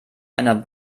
einer